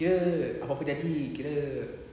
kira apa apa jadi kira